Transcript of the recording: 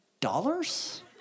dollars